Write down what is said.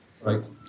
right